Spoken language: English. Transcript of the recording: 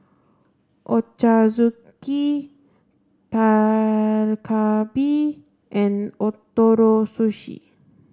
Ochazuke Dak Galbi and Ootoro Sushi